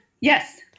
Yes